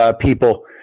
people